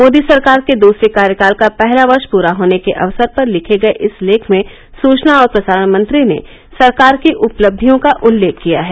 मोदी सरकार के दसरे कार्यकाल का पहला वर्ष पुरा होने के अवसर पर लिखे गये इसका लेख में सूचना और प्रसारण मंत्री ने सरकार की उपलब्धियों का उल्लेख किया है